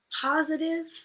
positive